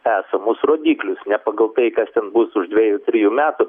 esamus rodiklius ne pagal tai kas ten bus už dviejų trijų metų